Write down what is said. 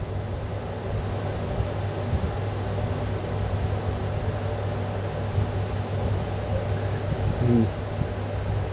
mmhmm